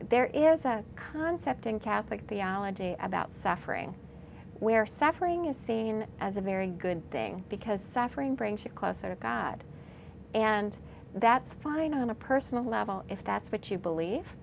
there is a concept in catholic theology about suffering where suffering is seen as a very good thing because suffering brings you closer to god and that's fine on a personal level if that's what you believe